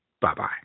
Bye-bye